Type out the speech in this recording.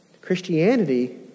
Christianity